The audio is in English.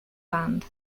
band